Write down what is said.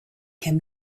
can